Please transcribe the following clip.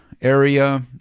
area